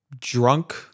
drunk